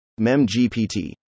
MemGPT